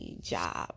job